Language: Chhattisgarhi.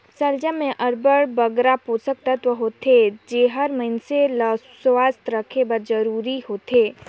सलजम में अब्बड़ बगरा पोसक तत्व होथे जेहर मइनसे ल सुवस्थ रखे बर जरूरी होथे